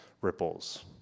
ripples